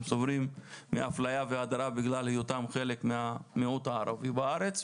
הם סובלים מאפליה והדרה בגלל היותם חלק מהמיעוט הערבי בארץ,